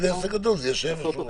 ואם זה עסק גדול זה יהיה שבע שורות.